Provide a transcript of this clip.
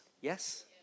Yes